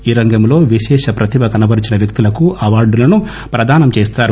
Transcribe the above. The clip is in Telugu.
ఈ రంగంలో విశేష ప్రతిభ కనబరచిన వ్యక్తులకు అవార్డులను ప్రదానం చేస్తారు